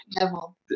level